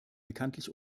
bekanntlich